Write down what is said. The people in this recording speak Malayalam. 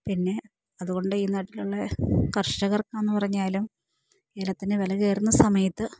പിന്നെ അതുകൊണ്ട് ഈ നാട്ടിലുള്ള കർഷകർക്കാന്ന് പറഞ്ഞാലും ഏലത്തിന് വില കയറുന്ന സമയത്ത്